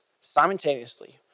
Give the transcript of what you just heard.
simultaneously